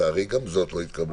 הצבעה לא אושר.